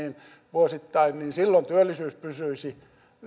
vuosittain niin silloin työllisyys pysyisi